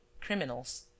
criminals